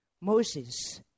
Moses